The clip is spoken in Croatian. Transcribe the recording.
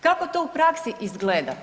Kako to u praksi izgleda?